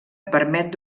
permet